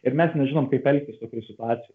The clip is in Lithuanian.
ir mes nežinom kaip elgtis tokioj situacijoj